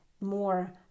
more